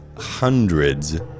hundreds